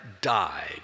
died